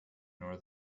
nor